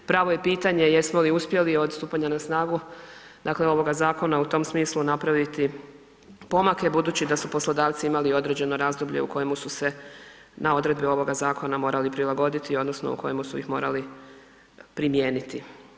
Pravo je pitanje jesmo li uspjeli od stupanja na snagu ovoga zakona u tom smislu napraviti pomak, budući da su poslodavci imali određeno razdoblje u kojemu su se na odredbe ovoga zakona morali prilagoditi odnosno u kojemu su ih morali primijeniti.